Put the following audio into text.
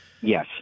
Yes